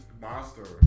Monster